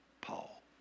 Paul